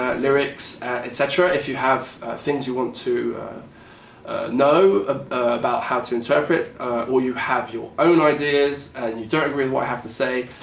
lyrics etc. if you have things you want to know ah about how to interpret or you have your own ideas and you don't agree with what i have to say,